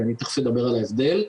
ואני תיכף אדבר על ההבדל,